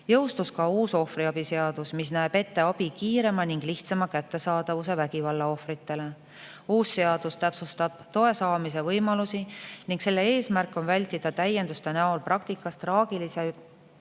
Jõustus ka uus ohvriabi seadus, mis näeb ette abi kiirema ning lihtsama kättesaadavuse vägivalla ohvritele. Uus seadus täpsustab toe saamise võimalusi ning selle eesmärk on täienduste näol praktikas vältida traagilise